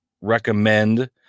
recommend